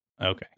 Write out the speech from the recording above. Okay